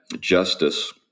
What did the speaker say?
justice